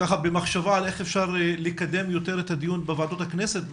במחשבה על איך אפשר לקדם יותר את הדיון בוועדות הכנסת בנושא,